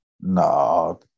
No